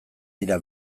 dira